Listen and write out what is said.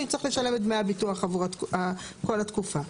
יצטרך לשלם את דמי הביטוח עבור כל התקופה.